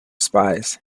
spies